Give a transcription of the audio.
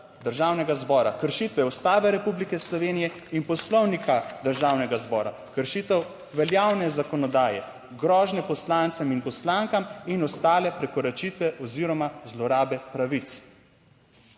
državnega zbora, kršitve Ustave Republike Slovenije in Poslovnika Državnega zbora, kršitev veljavne zakonodaje, grožnje poslancem in poslankam in ostale prekoračitve oziroma zlorabe pravic.